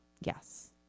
Yes